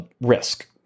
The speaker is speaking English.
risk